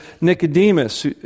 Nicodemus